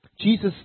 jesus